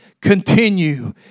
continue